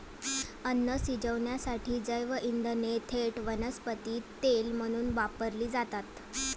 अन्न शिजवण्यासाठी जैवइंधने थेट वनस्पती तेल म्हणून वापरली जातात